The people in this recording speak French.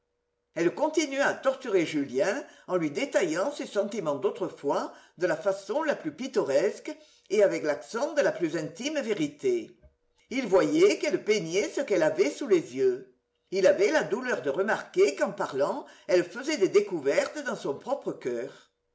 elle continua à torturer julien en lui détaillant ses sentiments d'autrefois de la façon la plus pittoresque et avec l'accent de la plus intime vérité il voyait qu'elle peignait ce qu'elle avait sous les yeux il avait la douleur de remarquer qu'en parlant elle faisait des découvertes dans son propre coeur